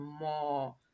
more